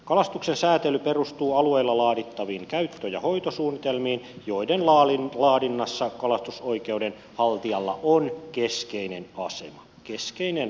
kalastuksen säätely perustuu alueella laadittaviin käyttö ja hoitosuunnitelmiin joiden laadinnassa kalastusoikeuden haltijalla on keskeinen asema keskeinen asema